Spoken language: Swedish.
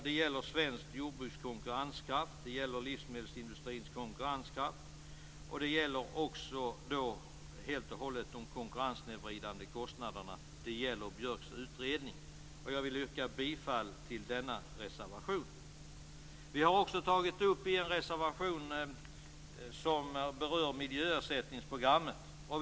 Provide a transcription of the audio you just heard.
Det gäller det svenska jordbrukets konkurrenskraft, livsmedelsindustrins konkurrenskraft och, helt och hållet, de konkurrenssnedvridande kostnaderna. Det gäller också den Björkska utredningen. Jag yrkar bifall till denna reservation. Vi har också medverkat till en reservation som berör miljöersättningsprogrammet.